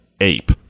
ape